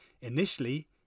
Initially